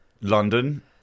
London